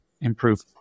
improve